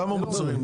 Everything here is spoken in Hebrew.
לא רק בפיקוח.